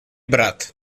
brat